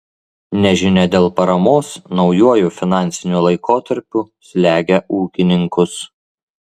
nežinia dėl paramos naujuoju finansiniu laikotarpiu slegia ūkininkus